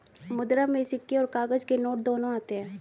मुद्रा में सिक्के और काग़ज़ के नोट दोनों आते हैं